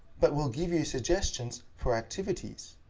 but will give you suggestions for activities.